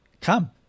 come